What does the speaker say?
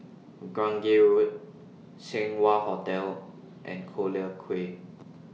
Grange Road Seng Wah Hotel and Collyer Quay